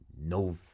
no